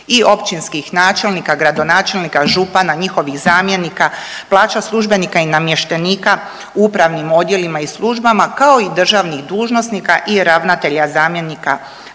i općinskih načelnika, gradonačelnika, župana, njihovih zamjenika, plaća službenika i namještenika u upravnim odjelima i službama, kao i državnih dužnosnika i ravnatelja zamjenika